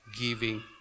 giving